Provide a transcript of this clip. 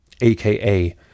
aka